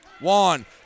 Juan